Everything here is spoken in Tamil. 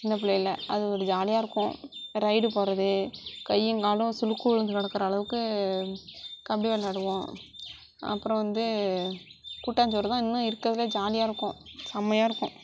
சின்ன பிள்ளைல அது ஒரு ஜாலியாக இருக்கும் ரைடு போகிறது கையும் காலும் சுளுக்கு விழுந்து கிடக்குற அளவுக்கு கபடி விளாடுவோம் அப்புறம் வந்து கூட்டாஞ்சோறுதான் இன்னும் இருக்கிறதுலையே ஜாலியாக இருக்கும் செம்மையாக இருக்கும்